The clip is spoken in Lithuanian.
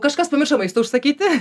kažkas pamiršo maistą užsakyti